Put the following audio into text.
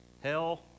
Hell